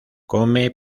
come